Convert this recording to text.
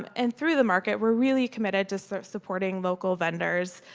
um and through the market we're really committed to so supporting local vendors.